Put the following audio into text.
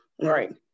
Right